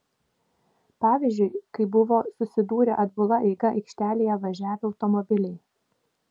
pavyzdžiui kai buvo susidūrę atbula eiga aikštelėje važiavę automobiliai